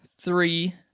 three